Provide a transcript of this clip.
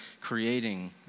creating